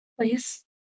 Please